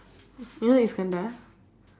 you know iskandar